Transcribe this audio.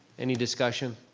any discussion?